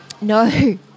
No